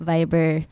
Viber